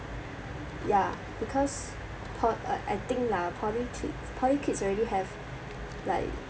ya because po~ I think lah poly kids poly kids already have like